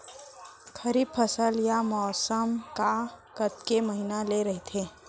खरीफ फसल या मौसम हा कतेक महिना ले रहिथे?